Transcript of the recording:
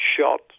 shot